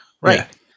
right